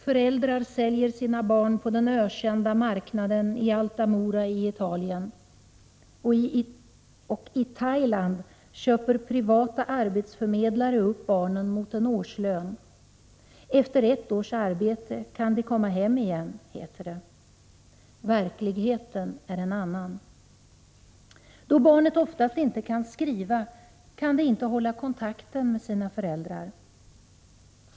Föräldrar säljer sina barn på den ökända marknaden i Altamura i Italien. I Thailand köper privata arbetsförmedlare upp barnen mot en årslön. Efter ett års arbete kan de komma hem igen, heter det. Verkligheten är en annan. Då barnet oftast inte kan skriva, kan det inte hålla kontakten med sina föräldrar.